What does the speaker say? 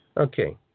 Okay